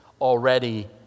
already